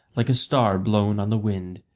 like a star blown on the wind.